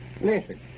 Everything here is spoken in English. Listen